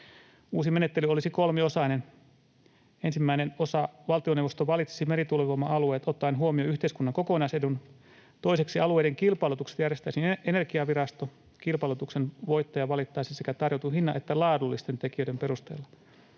Uusi menettely olisi kolmiosainen. Ensimmäinen osa: valtioneuvosto valitsisi merituulivoima-alueet ottaen huomioon yhteiskunnan kokonaisedun. Toiseksi: alueiden kilpailutukset järjestäisi Energiavirasto. Kilpailutuksen voittaja valittaisiin sekä tarjotun hinnan että laadullisten tekijöiden perusteella.